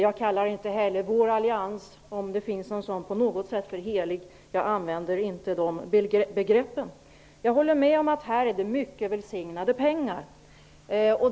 Jag kallar inte heller vår allians -- om det finns någon sådan -- på något sätt för helig. Jag använder inte de begreppen. Jag håller med om att det är fråga om välsignade pengar.